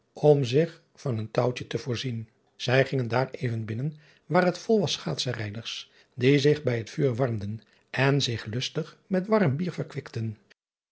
om zich van een touwtje te voorzien ij gingen daar even binnen waar het vol was schaatsenrijders die zich bij het vuur warmden en zich lustig met warm bier